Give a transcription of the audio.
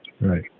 Right